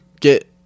get